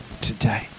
today